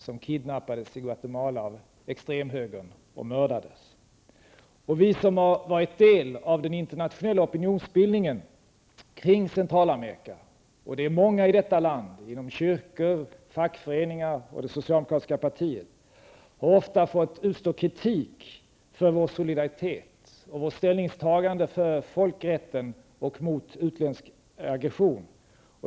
Han kidnappades i Vi som har tagit del i den internationella opinionsbildningen kring Centralamerika -- och det är många i detta land; inom kyrkor, fackföreningar och det socialdemokratiska partiet -- har ofta fått utstå kritik för vår solidaritet och vårt ställningstagande för folkrätten och mot utländsk aggression.